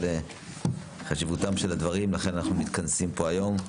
אבל בשל חשיבותם של הדברים אנחנו מתכנסים פה היום.